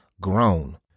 grown